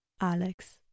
Alex